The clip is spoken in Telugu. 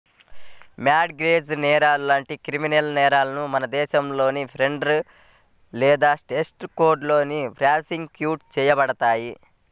మార్ట్ గేజ్ నేరాలు లాంటి క్రిమినల్ నేరాలను మన దేశంలో ఫెడరల్ లేదా స్టేట్ కోర్టులో ప్రాసిక్యూట్ చేయబడతాయి